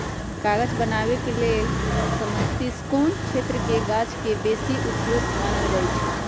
कागज बनाबे के लेल समशीतोष्ण क्षेत्रके गाछके बेशी उपयुक्त मानल जाइ छइ